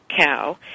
cow